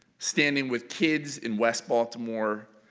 standing with kids in west baltimore.